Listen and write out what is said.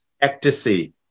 ecstasy